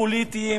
פוליטיות,